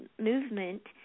movement